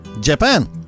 Japan